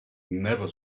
never